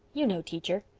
you know, teacher.